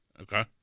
Okay